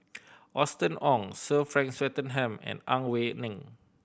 Austen Ong Sir Frank Swettenham and Ang Wei Neng